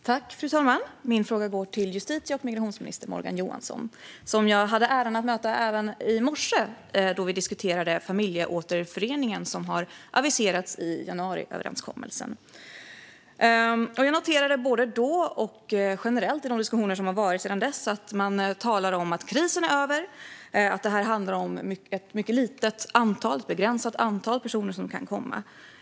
Fru talman! Min fråga går till justitie och migrationsminister Morgan Johansson. Jag hade äran att möta ministern även i morse, då vi diskuterade den familjeåterförening som har aviserats i januariöverenskommelsen. Jag noterade i morse, och har noterat generellt i de diskussioner som har ägt rum, att man talar om att krisen är över och att det handlar om ett mycket begränsat antal personer som kan komma.